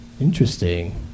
Interesting